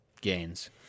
gains